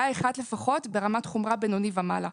אחד לפחות ברמת חומרה בינוני ומעלה.